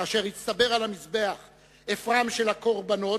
כאשר הצטבר על המזבח אפרם של הקורבנות